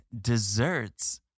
desserts